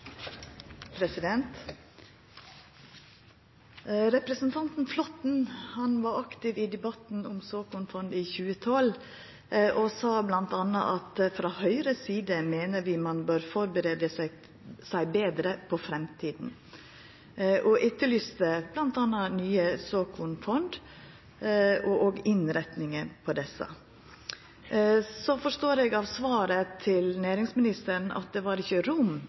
var aktiv i debatten om såkornfond i 2012 og sa bl.a. at ein frå Høgres side meinte ein burde førebu seg betre på framtida. Han etterlyste bl.a. nye såkornfond – og innretninga av desse. Så forstår eg av svaret frå næringsministeren at det ikkje var rom